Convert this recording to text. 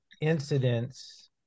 incidents